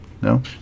no